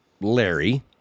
larry